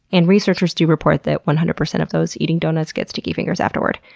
and researchers do report that one hundred percent of those eating donuts get sticky fingers afterward.